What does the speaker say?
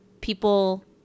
people